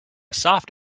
soft